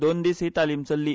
दोन दीस ही तालीम चल्ली